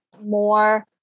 more